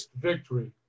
victory